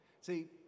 See